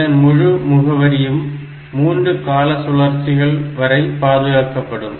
இதனால் முழு முகவரியும் 3 கால சுழற்சிகள் வரை பாதுகாக்கப்படும்